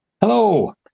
hello